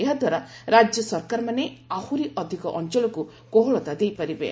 ଏହାଦ୍ୱାରା ରାଜ୍ୟ ସରକାରମାନେ ଆହୁରି ଅଧିକ ଅଞ୍ଚଳକୁ କୋହଳତା ଦେଇପାରିବେ